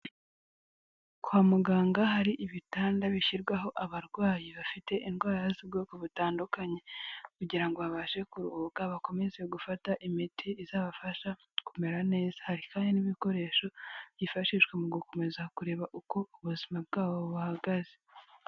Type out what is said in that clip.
Kwa muganga hari ibitanda bishyirwaho abarwayi bafite indwara z'ubwoko butandukanye, kugira ngo babashe kuruhuka bakomeze gufata imiti izabafasha kumera neza, hari kandi n'ibikoresho byifashishwa mu gukomeza kureba uko ubuzima bwabo buhagaze.